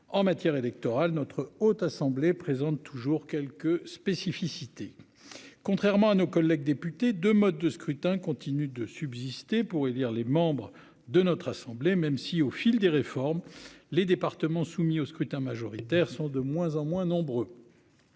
en matière électorale, notre haute assemblée présente toujours quelques spécificités contrairement à nos collègues députés de mode de scrutin continue de subsister pour élire les membres de notre assemblée même si au fil des réformes. Les départements soumis au scrutin majoritaire, sont de moins en moins nombreux.